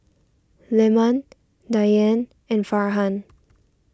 Leman Dian and Farhan